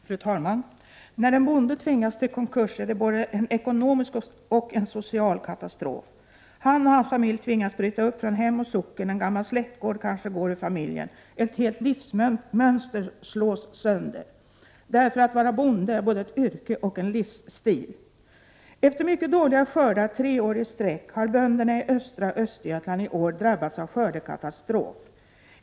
Fru talman! När en bonde tvingas till konkurs, är det både en ekonomisk och en social katastrof. Han och hans familj tvingas bryta upp från hem och socken, en gammal släktgård kanske går ur familjen. Ett helt livsmönster slås sönder, därför att vara bonde är både ett yrke och en livsstil. Efter mycket dåliga skördar tre år i sträck har bönderna i östra Östergötland i år drabbats av skördekatastrof.